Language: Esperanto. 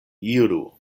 iru